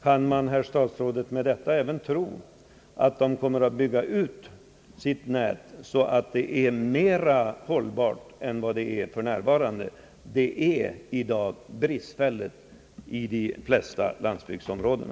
Kan man efter ett sådant uttalande tro att de kommer att bygga ut sitt nät och göra det mer hållbart än för närvarande? I dag är det bristfälligt i de flesta landsbygdsområden.